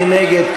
מי נגד?